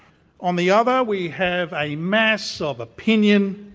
on the other we have a mass of opinion,